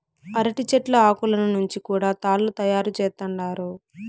అరటి చెట్ల ఆకులను నుంచి కూడా తాళ్ళు తయారు చేత్తండారు